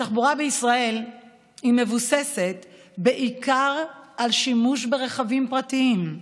התחבורה בישראל מבוססת בעיקר על שימוש ברכבים פרטיים,